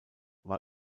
war